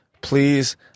please